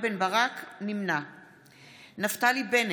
יואב בן צור, אינו נוכח נפתלי בנט,